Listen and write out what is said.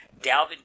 Dalvin